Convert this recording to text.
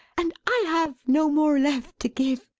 and i have no more left to give.